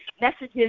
messages